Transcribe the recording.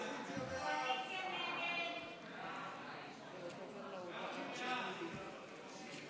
הצעת סיעת ישראל ביתנו להביע אי-אמון בממשלה לא